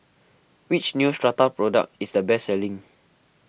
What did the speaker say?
which Neostrata product is the best selling